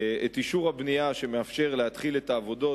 את אישור הבנייה שמאפשר להתחיל את העבודות